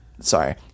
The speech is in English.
Sorry